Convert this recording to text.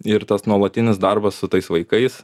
ir tas nuolatinis darbas su tais vaikais